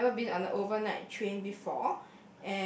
I've never been on a overnight train before